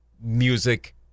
music